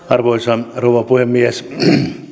arvoisa rouva puhemies